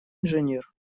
инженер